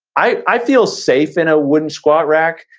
i i feel safe in a wooden squat rack.